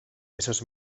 esos